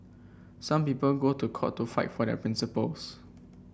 some people go to court to fight for their principles